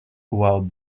while